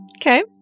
Okay